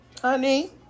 Honey